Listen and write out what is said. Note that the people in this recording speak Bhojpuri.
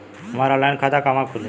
हमार ऑनलाइन खाता कहवा खुली?